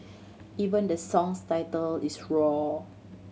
even the song's title is roar